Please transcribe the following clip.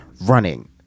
running